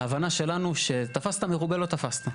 ההבנה שלנו היא שתפסת מרובה לא תפסת.